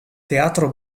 teatro